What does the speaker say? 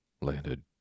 Landed